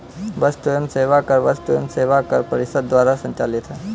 वस्तु एवं सेवा कर वस्तु एवं सेवा कर परिषद द्वारा संचालित है